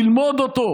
ללמוד אותו,